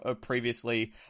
previously